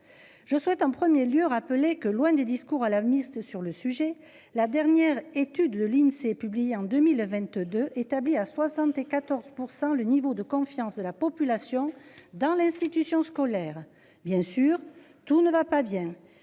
Je souhaite en 1er lieu rappeler que loin des discours à la mise sur le sujet. La dernière étude de l'Insee publiée en 2022, établie à 74% le niveau de confiance de la population dans l'institution scolaire. Bien sûr, tout ne va pas bien,